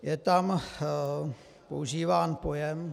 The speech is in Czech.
Je tam používán pojem...